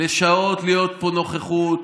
שעות להיות פה בנוכחות.